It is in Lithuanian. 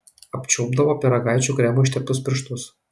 apčiulpdavo pyragaičių kremu išteptus pirštus